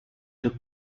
took